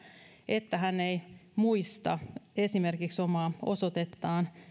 että hän ei muista esimerkiksi omaa osoitettaan